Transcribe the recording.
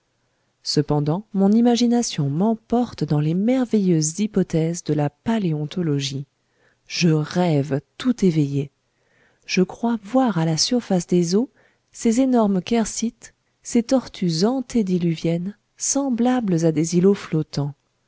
cependant mon imagination m'emporte dans les merveilleuses hypothèses de la paléontologie je rêve tout éveillé je crois voir à la surface des eaux ces énormes chersites ces tortues antédiluviennes semblables à des îlots flottants